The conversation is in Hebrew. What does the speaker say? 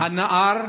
הנער